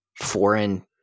foreign